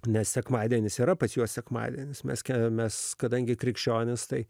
nes sekmadienis yra pas juos sekmadienis mes keliamės kadangi krikščionys tai